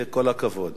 כל הכבוד.